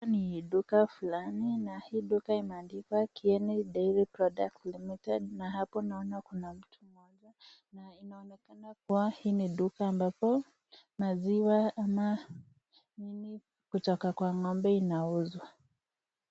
Hapa ni duka fulani na duka hili ineandikwa [kieni dairy product limited] na hapo naona mtu mmoja na inaonekana kuwa hii duka ambapo maziwa ama nini kutoka kwa ngombe inauzwa.